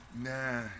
Nah